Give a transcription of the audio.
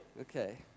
Okay